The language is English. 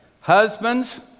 Husbands